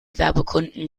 werbekunden